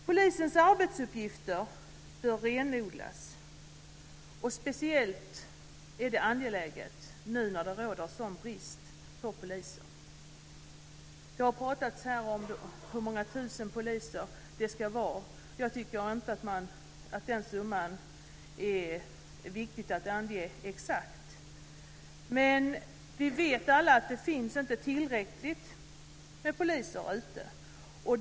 Polisens arbetsuppgifter bör renodlas, speciellt är det angeläget nu när det råder en sådan brist på poliser. Det har här talats om hur många tusen poliser det ska vara. Jag tycker inte att det är viktigt att ange det exakta antalet. Men vi vet alla att det inte finns tillräckligt med poliser ute.